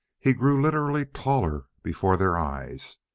he grew literally taller before their eyes,